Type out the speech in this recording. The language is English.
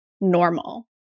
normal